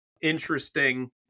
interesting